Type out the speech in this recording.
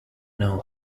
know